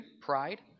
pride